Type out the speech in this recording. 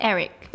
Eric